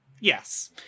Yes